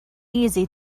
easy